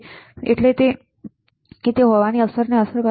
એટલે કે હોવાની અસર છે